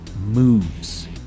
moves